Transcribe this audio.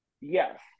Yes